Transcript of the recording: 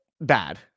bad